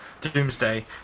Doomsday